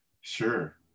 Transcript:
Sure